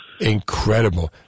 Incredible